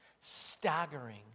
staggering